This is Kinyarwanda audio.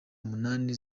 munani